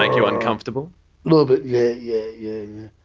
like you uncomfortable? a little bit yeah, yeah, yeah.